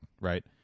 right